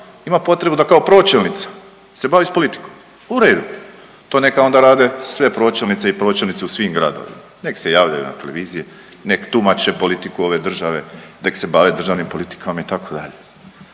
Ima potrebu da kao pročelnica se bavi s politikom. U redu, to neka onda rade sve pročelnice i pročelnici u svim gradovima. Nek se javljaju na televiziji, nek tumače politiku ove države, nek se bave državnim politikama itd.